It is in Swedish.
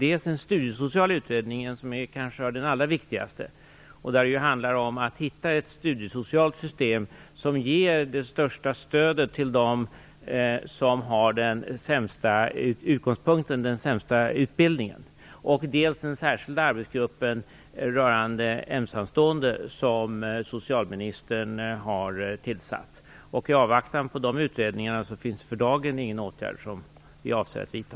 Den ena är den studiesociala utredningen som kanske är den allra viktigaste, där det handlar om att hitta ett studiesocialt system som ger det största stödet till dem som har den sämsta utgångspunkten, den sämsta utbildningen. Den andra är den särskilda arbetsgruppen rörande ensamstående som socialministern har tillsatt. I avvaktan på de utredningarna finns det för dagen ingen åtgärd som vi avser att vidta.